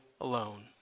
alone